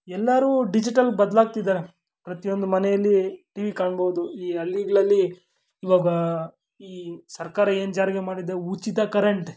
ಎಲ್ಲರೂ ಡಿಜಿಟಲ್ ಬದಲಾಗ್ತಿದ್ದಾರೆ ಪ್ರತಿಯೊಂದು ಮನೆಯಲ್ಲಿ ಟಿ ವಿ ಕಾಣ್ಬೋದು ಈ ಹಳ್ಳಿಗಳಲ್ಲಿ ಇವಾಗ ಈ ಸರ್ಕಾರ ಏನು ಜಾರಿಗೆ ಮಾಡಿದೆ ಉಚಿತ ಕರೆಂಟ್